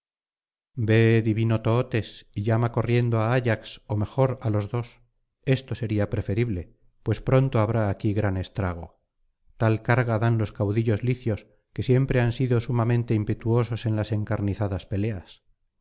ve divino tootes y llama corriendo á ayax ó mejor á los dos esto sería preferible pues pronto habrá aquí gran estrago tal carga dan los caudillos licios que siempre han sido sumamente impetuosos en las encarnizadas peleas